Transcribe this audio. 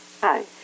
Hi